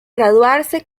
graduarse